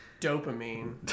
dopamine